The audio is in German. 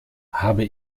habe